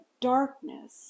darkness